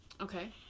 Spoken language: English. Okay